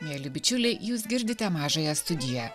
mieli bičiuliai jūs girdite mažąją studiją